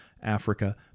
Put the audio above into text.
Africa